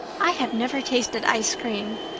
i have never tasted ice cream.